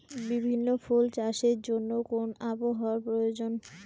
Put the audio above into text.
বিভিন্ন ফুল চাষের জন্য কোন আবহাওয়ার প্রয়োজন?